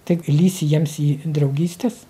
tai lįsi jiems į draugystes